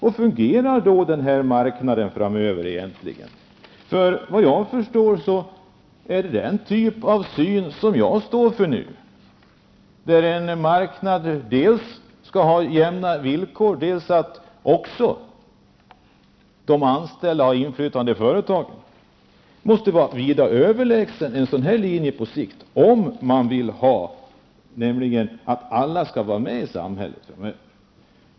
Hur kommer den här marknaden egentligen att fungera framöver? Min uppfattning är att dels skall det vara lika villkor på en marknad, dels skall också de anställda ha inflytande i företagen. Det måste på sikt vara vida överlägset regeringens linje om man vill att alla skall vara med i samhället.